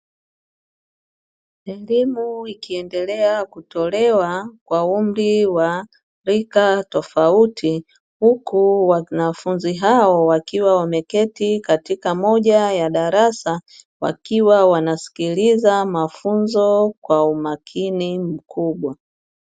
Elimu ikiendelea kutolewa kwa umri wa rika tofauti, huku wanafunzi hao wakiwa wameketi katika moja ya darasa, wakiwa wanasikiliza mafunzo kwa umakini mkubwa.